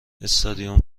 استادیوم